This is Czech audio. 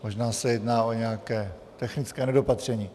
Možná se jedná o nějaké technické nedopatření.